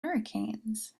hurricanes